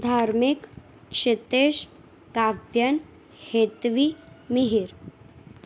ધાર્મિક ક્ષિતિજ કાવ્યાન હેત્વી મિહિર